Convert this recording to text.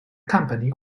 company